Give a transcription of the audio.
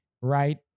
Right